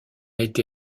été